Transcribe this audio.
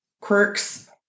quirks